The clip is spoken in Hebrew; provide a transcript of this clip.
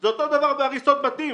זה אותו דבר בהריסות בתים.